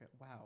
Wow